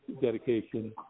dedication